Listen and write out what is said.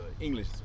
English